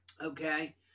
okay